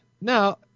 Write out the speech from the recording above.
now